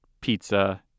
pizza